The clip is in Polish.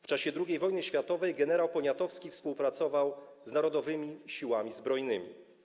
W czasie II wojny światowej gen. Poniatowski współpracował z Narodowymi Siłami Zbrojnymi.